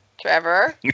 Trevor